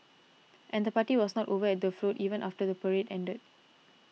and the party was not over at the Float even after the Parade ended